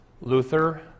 Luther